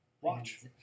watch